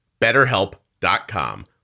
BetterHelp.com